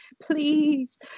Please